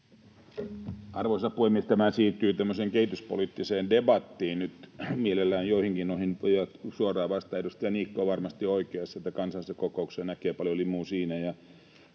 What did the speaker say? Arvoisa puhemies! Tämä siirtyy nyt kehityspoliittiseen debattiin. Mielelläni joihinkin noista suoraan vastaan: Edustaja Niikko on varmasti oikeassa, että kansainvälisissä kokouksissa näkee paljon limusiineja